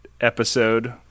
episode